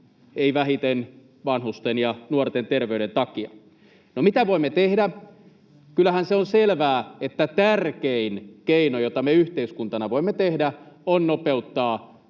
ei vähiten vanhusten ja nuorten terveyden takia. No, mitä voimme tehdä? Kyllähän se on selvää, että tärkein keino, jota me yhteiskuntana voimme tehdä, on nopeuttaa